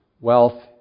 wealth